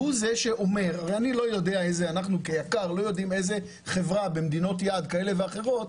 אנחנו כיק"ר לא יודעים איזו חברה במדינות יעד כאלה ואחרות,